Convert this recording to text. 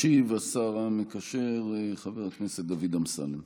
ישיב השר המקשר חבר הכנסת דוד אמסלם.